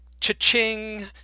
Cha-ching